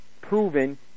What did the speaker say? proven